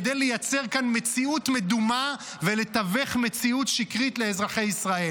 כדי לייצר כאן מציאות מדומה ולתווך מציאות שקרית לאזרחי ישראל.